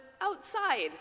outside